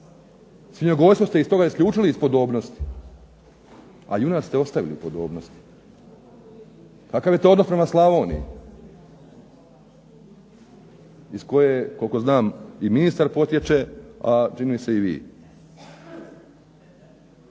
Svinjogojstvo ste iz toga isključili iz podobnosti, a junad ste ostavili u podobnosti. Kakav je to odnos prema Slavoniji iz koje koliko znam i ministar potječe, a čini mi se i vi.